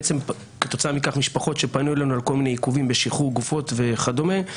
כתוצאה מכך משפחות שפנו אלינו על כל מיני עיכובים בשחרור גופות וכדומה,